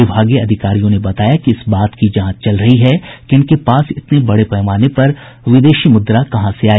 विभागीय अधिकारियों ने बताया कि इस बात की जांच चल रही है कि इनके पास इतने बड़े पैमाने पर विदेशी मुद्रा कहां से आई